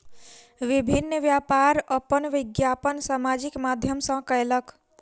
विभिन्न व्यापार अपन विज्ञापन सामाजिक माध्यम सॅ कयलक